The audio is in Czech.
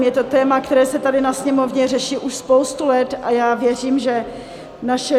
Je to téma, které se tady na Sněmovně řeší už spoustu let, a já věřím, že naše